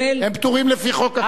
הם פטורים לפי חוק אחר,